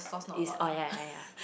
is oh yea yea yea yea